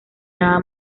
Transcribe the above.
nada